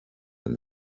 but